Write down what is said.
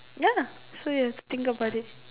ya so you have to think about it